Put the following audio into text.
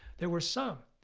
there were some.